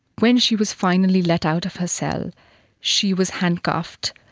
when she was finally let out of her cell she was handcuffed,